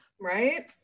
Right